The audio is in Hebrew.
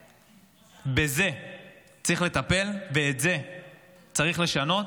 בזה צריך לטפל ואת זה צריך לשנות.